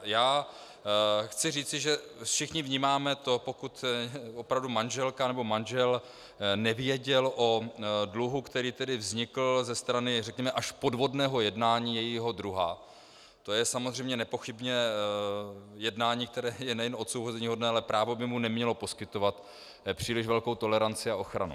Já chci říci, že všichni vnímáme to, pokud opravdu manželka nebo manžel nevěděli o dluhu, který vznikl ze strany řekněme až podvodného jednání jejich druha, to je samozřejmě nepochybně jednání, které je nejen odsouzeníhodné, ale právo by mu nemělo poskytovat příliš velkou toleranci a ochranu.